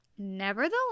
Nevertheless